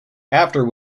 after